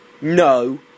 No